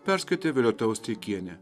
perskaitė violeta usteikienė